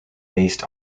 based